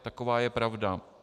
Taková je pravda.